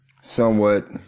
somewhat